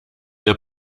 der